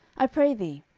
i pray thee,